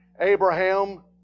Abraham